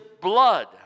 blood